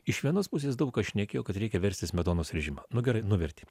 iš vienos pusės daug kas šnekėjo kad reikia versti smetonos režimą nu gerai nuvertė